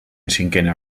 cinquena